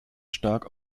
stark